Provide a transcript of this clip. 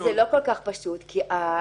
זה לא כל כך פשוט, כי התוכן